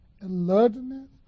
alertness